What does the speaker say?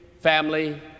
family